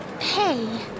Hey